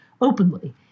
openly